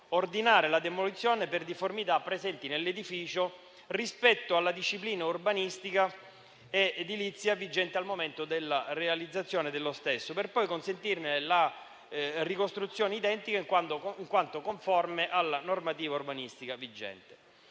ordinare la demolizione per difformità presenti nell'edificio rispetto alla disciplina urbanistica e edilizia vigente al momento della realizzazione dello stesso, per poi consentirne la ricostruzione identica in quanto conforme alla normativa urbanistica vigente.